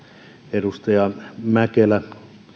edustaja mäkelä